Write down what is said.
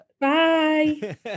Bye